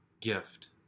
gift